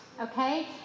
okay